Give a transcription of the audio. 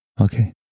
Okay